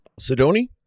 Sidoni